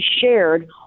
shared